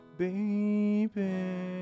baby